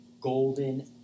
golden